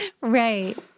right